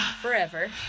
forever